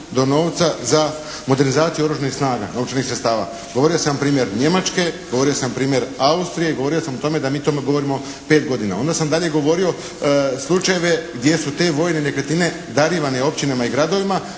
do novca za modernizaciju oružanih snaga novčanih sredstava. Govorio sam primjer Njemačke, govorio sam primjer Austrije i govorio sam o tome da mi o tome govorimo pet godina. Onda sam dalje govorio slučajeve gdje su te vojne nekretnine darivane općinama i gradovima